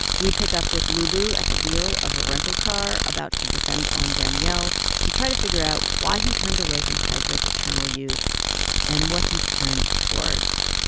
we pick up with lulu at the wheel of a rental car about to descend on daniel to try to figure out why he turned away from hydra's eternal youth and what he turned towards